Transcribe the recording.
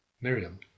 Miriam